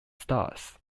stars